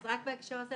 אז רק בהקשר הזה,